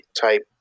type